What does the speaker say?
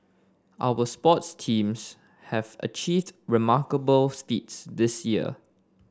our sports teams have achieved remarkable feats this year